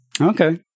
Okay